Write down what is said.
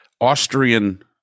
Austrian